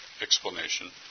explanation